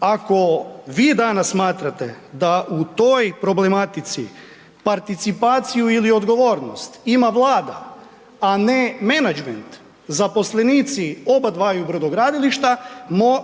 Ako vi danas smatrate da u toj problematici participaciju ili odgovornost ima Vlada, a ne menadžment, zaposlenici oba dvaju brodogradilišta,